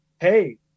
Hey